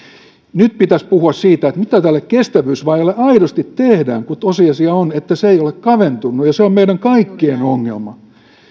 nyt pitäisi puhua siitä mitä tälle kestävyysvajeelle aidosti tehdään kun tosiasia on että se ei ole kaventunut ja se on meidän kaikkien ongelma